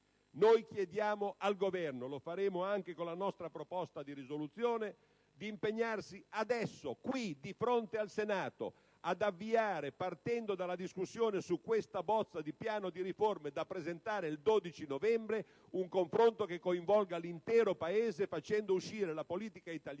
Chiediamo al Governo - lo faremo anche con la nostra proposta di risoluzione - di impegnarsi adesso, qui, di fronte al Senato, di avviare, partendo dalla discussione su questa bozza di Piano nazionale delle riforme da presentare entro il 12 novembre, un confronto che coinvolga l'intero Paese, facendo uscire la politica italiana